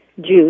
juice